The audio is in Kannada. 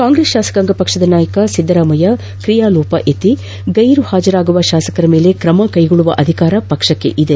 ಕಾಂಗ್ರೆಸ್ ಶಾಸಕಾಂಗ ಪಕ್ಷದ ನಾಯಕ ಸಿದ್ದರಾಮಯ್ಯ ಕ್ರಿಯಾಲೋಪ ಎತ್ತಿ ಗೈರು ಆಗುವ ಶಾಸಕರ ಮೇಲೆ ಕ್ರಮ ಜರುಗಿಸುವ ಅಧಿಕಾರ ಪಕ್ಷಕ್ಕಿದೆ